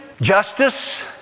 justice